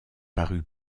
parue